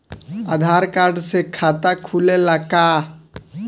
आधार card से खाता खुले ला का?